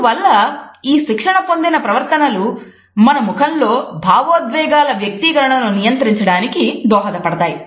అందువల్ల ఈ శిక్షణ పొందిన ప్రవర్తనలు మన ముఖములో భావోద్వేగాల వ్యక్తీకరణను నియంత్రించడానికి దోహదపడతాయి